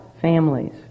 families